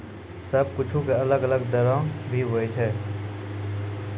सब कुछु के अलग अलग दरो भी होवै छै